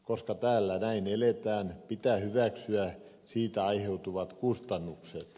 koska täällä näin eletään pitää hyväksyä siitä aiheutuvat kustannukset